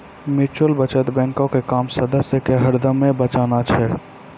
mutual बचत बैंको के काम सदस्य के हरदमे बचाना छै